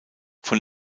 von